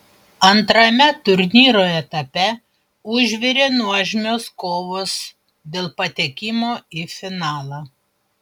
antrame turnyro etape užvirė nuožmios kovos dėl patekimo į finalą